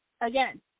again